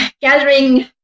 gathering